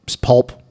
Pulp